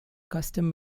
custom